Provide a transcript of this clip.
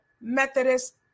Methodist